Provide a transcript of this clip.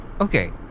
Okay